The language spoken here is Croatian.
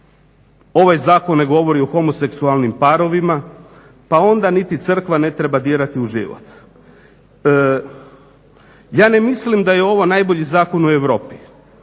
Ovaj zakon ne govori o homoseksualnim parovima pa onda niti crkva ne treba dirati u život. Ja ne mislim da je ovo najbolji zakon u Europi,